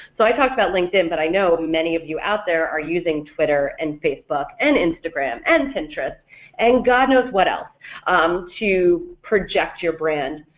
so i talked about linkedin but i know many of you out there are using twitter and facebook and instagram and pinterest and god knows what else to project your brand.